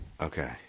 Okay